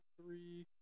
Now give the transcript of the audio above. three